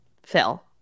phil